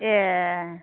ए